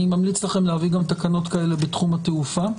אני ממליץ לכם להביא גם תקנות כאלה בתחום התעופה.